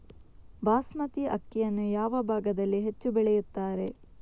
ಬಾಸ್ಮತಿ ಅಕ್ಕಿಯನ್ನು ಯಾವ ಭಾಗದಲ್ಲಿ ಹೆಚ್ಚು ಬೆಳೆಯುತ್ತಾರೆ?